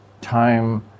time